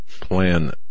plan